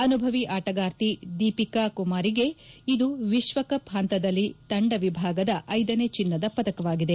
ಅನುಭವಿ ಆಟಗಾರ್ತಿ ದೀಪಿಕಾ ಕುಮಾರಿಗೆ ಇದು ವಿಶ್ವಕಪ್ ಹಂತದಲ್ಲಿ ತಂಡ ವಿಭಾಗದ ಐದನೇ ಚಿನ್ನದ ಪದಕವಾಗಿದೆ